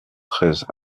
treize